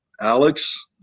Alex